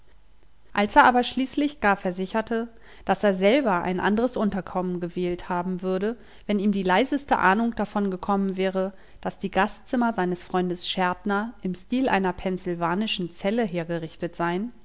als er aber schließlich gar versicherte daß er selber ein andres unterkommen gewählt haben würde wenn ihm die leiseste ahnung davon gekommen wäre daß die gastzimmer seines freundes schärtner im stil einer pennsylvanischen zelle hergerichtet seien